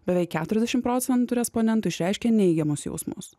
beveik keturiasdešimt procentų respondentų išreiškė neigiamus jausmus